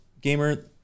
gamer